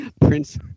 Prince